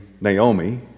Naomi